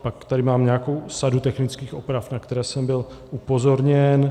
Pak tady mám nějakou sadu technických oprav, na které jsem byl upozorněn.